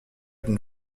d’une